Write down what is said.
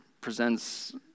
presents